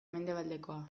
mendebaldekoa